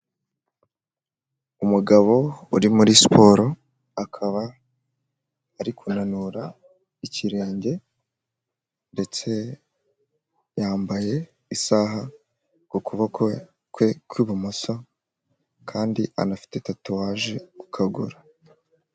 Umugabo uri muri siporo akaba ari kunanura ikirenge ndetse yambaye isaha ku kuboko kwe kw'ibumoso kandi anafite tatuwaje ku kaguru.